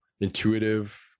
intuitive